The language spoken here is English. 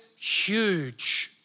huge